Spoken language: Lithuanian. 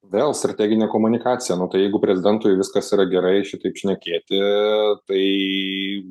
vėl strateginė komunikacija nu tai jeigu prezidentui viskas yra gerai šitaip šnekėti tai